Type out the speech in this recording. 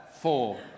four